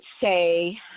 say